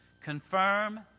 confirm